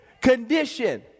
condition